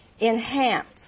enhance